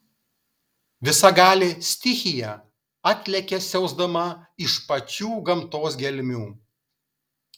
visagalė stichija atlekia siausdama iš pačių gamtos gelmių